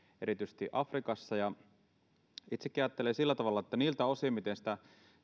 erityisesti afrikassa itsekin ajattelen sillä tavalla että niiltä osin miten sitä